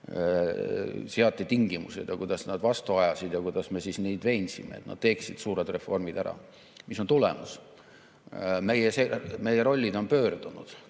seati tingimused ja kuidas nad vastu ajasid ning kuidas me neid veensime, et nad teeksid suured reformid ära. Mis on tulemus? Meie rollid on pöördunud.